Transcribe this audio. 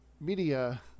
media